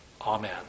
amen